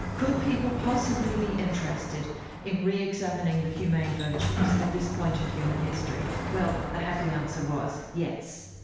could people possibly be interested in re-examining the humane virtues at this point in human history? well the happy answer was yes.